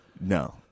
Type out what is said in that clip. No